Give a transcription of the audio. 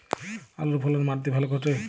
আলুর ফলন মাটি তে ভালো ঘটে?